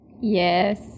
Yes